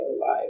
life